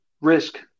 risk